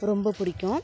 ரொம்ப பிடிக்கும்